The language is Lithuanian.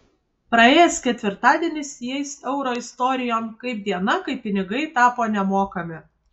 praėjęs ketvirtadienis įeis euro istorijon kaip diena kai pinigai tapo nemokami